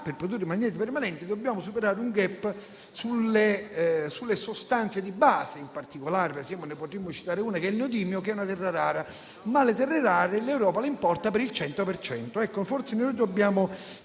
permanenti, ma, per fare questo, dobbiamo superare un *gap* sulle sostanze di base; in particolare ne potremmo citare una, il neodimio, che è una terra rara. Ma le terre rare l'Europa le importa per il 100